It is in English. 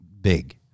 big